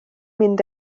mynd